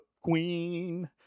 Queen